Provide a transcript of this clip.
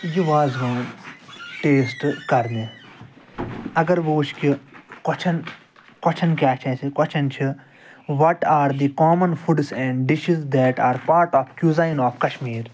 یہِ وازوان ٹیسٹ کَرنہِ اگر بہٕ وٕچھ کہِ کۄچھَن کۄچھَن کیٛاہ چھِ اَسہِ کۄچھَن چھِ what are the common foods and dishes that are part of cuisine of Kashmir